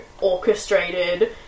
orchestrated